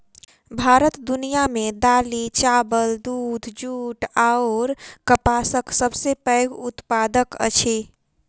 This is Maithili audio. भारत दुनिया मे दालि, चाबल, दूध, जूट अऔर कपासक सबसे पैघ उत्पादक अछि